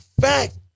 fact